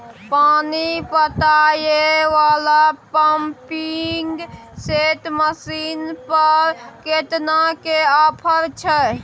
पानी पटावय वाला पंपिंग सेट मसीन पर केतना के ऑफर छैय?